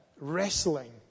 wrestling